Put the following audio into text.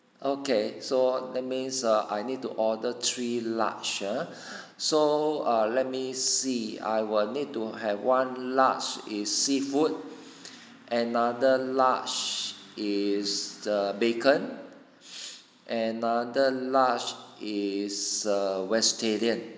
okay so that means ah I need to order three large ah so err let me see I will need to have one large is seafood another large is the bacon another large is a vegetarian